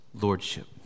lordship